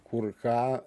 kur ką